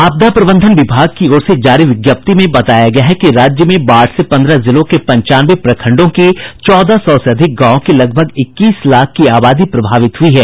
आपदा प्रबंधन विभाग की ओर से जारी विज्ञप्ति में बताया गया है कि राज्य में बाढ़ से पन्द्रह जिलों के पंचानवे प्रखंडों की चौदह सौ से अधिक गांवों की लगभग इक्कीस लाख की आबादी प्रभावित हुई है